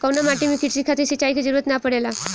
कउना माटी में क़ृषि खातिर सिंचाई क जरूरत ना पड़ेला?